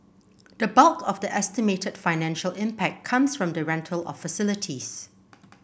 the bulk of the estimated financial impact comes from the rental of facilities